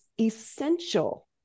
essential